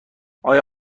آیا